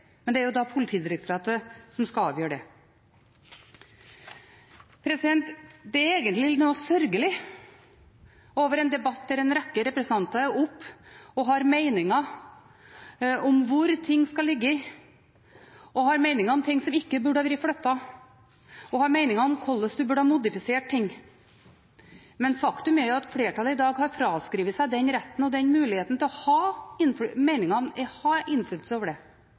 Men det er Politidirektoratet som skal avgjøre det. Det er egentlig noe sørgelig over en debatt der en rekke representanter er oppe og har meninger om hvor ting skal ligge, har meninger om ting som ikke burde vært flyttet, og har meninger om hvordan en burde ha modifisert ting. Men faktum er at flertallet i dag har fraskrevet seg retten og muligheten til å ha meninger, ha innflytelse over dette. Det